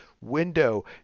window